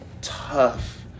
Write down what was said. tough